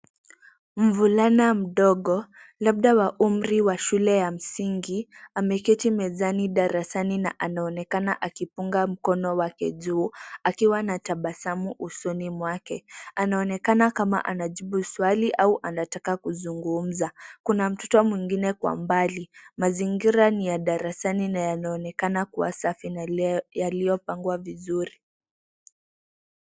Muvulana mdogo labda ya umri wa shule ya msingi aneketi mezani darasani na anaonekana akipunga mkono wake juu akiwa na tabasamu usoni mwake anaonekana kama ana jibu swali au anataka kuzungunza kuna mtoto mwingine kawa umbali mazingira ni ya darasani na yanaonekana kuwa safi na yaliopangwa vizuri.